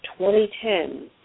2010